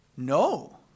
No